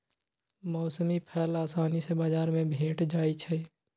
मौसमी फल असानी से बजार में भेंट जाइ छइ